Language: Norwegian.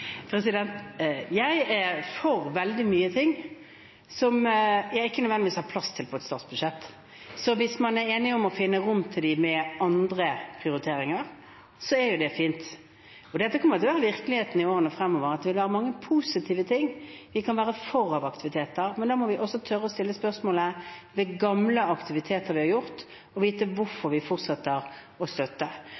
Jeg er for veldig mye som det ikke nødvendigvis er plass til på et statsbudsjett, så hvis man er enig om å finne rom for dem med andre prioriteringer, er det fint. Det kommer til å være virkeligheten i årene fremover at det er mange positive ting vi kan være for av aktiviteter, men da må vi også tørre å stille spørsmål ved gamle aktiviteter vi har støttet, og vite